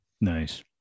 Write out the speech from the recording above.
Nice